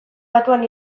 batuan